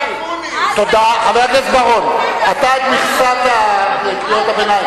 חבר הכנסת בר-און, אתה על מכסת קריאות הביניים.